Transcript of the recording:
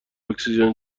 اکسیژن